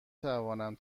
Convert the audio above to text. توانم